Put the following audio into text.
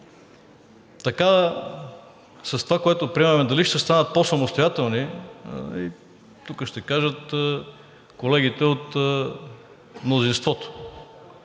С това, което приемаме, дали ще станат по-самостоятелни, тук ще кажат колегите от мнозинството.